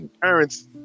parents